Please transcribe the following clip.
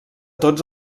tots